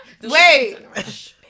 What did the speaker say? Wait